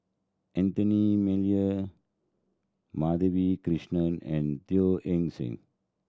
Anthony Miller Madhavi Krishnan and Teo Eng Seng